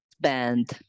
band